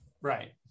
Right